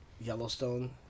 yellowstone